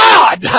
God